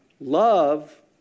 Love